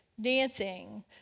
dancing